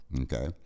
okay